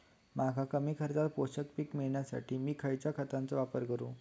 मका कमी खर्चात पोषक पीक मिळण्यासाठी मी खैयच्या खतांचो वापर करू?